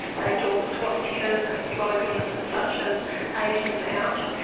they daubed swastikas and slogans such as asians out,